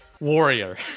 Warrior